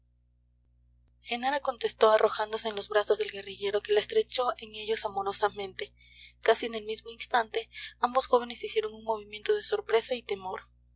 genara contestó arrojándose en los brazos del guerrillero que la estrechó en ellos amorosamente casi en el mismo instante ambos jóvenes hicieron un movimiento de sorpresa y temor